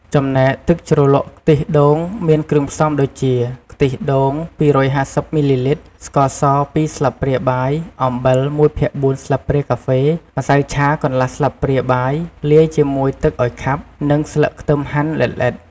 ចំណែកទឹកជ្រលក់ខ្ទិះដូងមានគ្រឿងផ្សំដូចជា ខ្ទិះដូង ២៥០ មីលីលីត្រ ស្ករស ២ ស្លាបព្រាបាយ អំបិល១ភាគ៤ស្លាបព្រាកាហ្វេ ម្សៅឆាកន្លះស្លាបព្រាបាយលាយជាមួយទឹកឱ្យខាប់ និង ស្លឹកខ្ទឹមហាន់ល្អិតៗ។